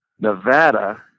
Nevada